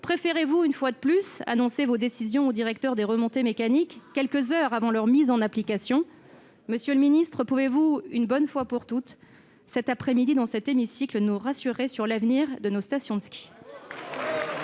préférez-vous, une fois de plus, annoncer vos décisions aux directeurs des remontées mécaniques, quelques heures avant leur mise en application ? Monsieur le ministre, pouvez-vous définitivement nous rassurer, cet après-midi, dans l'hémicycle, quant à l'avenir de nos stations de ski ?